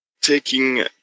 taking